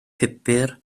pupur